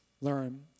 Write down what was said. learn